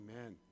Amen